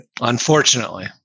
unfortunately